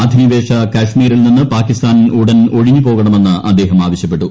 അധിനിവേശ കശ്മീരിൽ നിന്ന് പാകിസ്ഥാൻ ഉടൻ ഒഴിഞ്ഞു പോകണമെന്ന് അദ്ദേഹം ആവശ്യപ്പെട്ടു